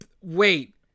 Wait